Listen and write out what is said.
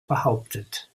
behauptet